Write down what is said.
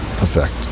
effect